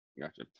Gotcha